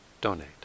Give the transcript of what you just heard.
donate